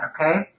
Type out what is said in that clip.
okay